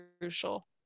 crucial